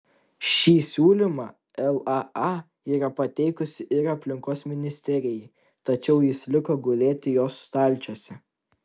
šį siūlymą laa yra pateikusi ir aplinkos ministerijai tačiau jis liko gulėti jos stalčiuose